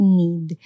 need